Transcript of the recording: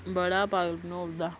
बड़ा पागल बनाऊ उड़दा